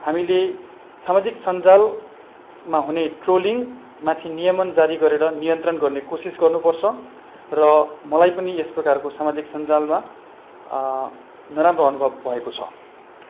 हामीले सामाजिक सञ्जालमा हुने ट्रोलिङ माथि नियमन जारी गरेर नियन्त्रण गर्ने कोसिस गर्नु पर्छ र मलाई पनि यस प्रकारको सामाजिक सञ्जालमा नराम्रो अनुभव भएको छ